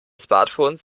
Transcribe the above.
smartphones